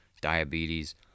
diabetes